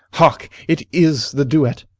hark! it is the duet!